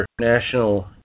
national